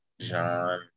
John